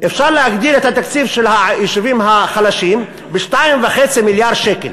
אפשר להגדיל את התקציב של היישובים החלשים ב-2.5 מיליארדי שקלים